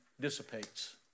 dissipates